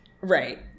Right